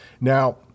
Now